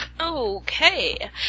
Okay